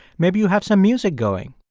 maybe you have some music going